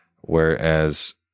whereas